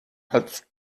als